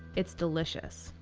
it's delicious!